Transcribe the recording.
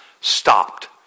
stopped